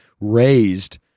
raised